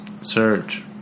Search